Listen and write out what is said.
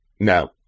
No